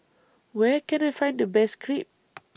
Where Can I Find The Best Crepe